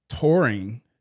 touring